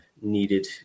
needed